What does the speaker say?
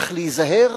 צריך להיזהר